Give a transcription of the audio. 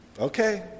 Okay